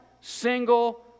single